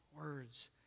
words